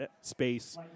space